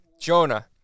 Jonah